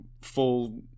full